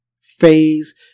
phase